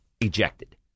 ejected